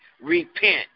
repent